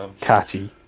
catchy